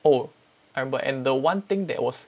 oh I remember and the one thing that was